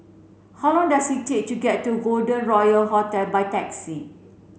how long does it take to get to Golden Royal Hotel by taxi